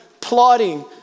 plotting